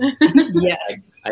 Yes